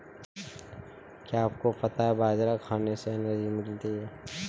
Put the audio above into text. क्या आपको पता है बाजरा खाने से एनर्जी मिलती है?